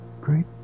Great